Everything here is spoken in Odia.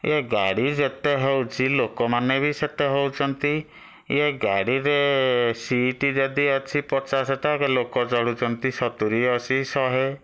ଏ ଗାଡ଼ି ଯେତେ ହେଉଛି ଲୋକମାନେ ବି ସେତେ ହେଉଛନ୍ତି ଏ ଗାଡ଼ିରେ ସିଟ୍ ଯଦି ଅଛି ପଚାଶଟା ଲୋକ ଚଢ଼ୁଛନ୍ତି ସତୁରୀ ଅଶୀ ଶହେ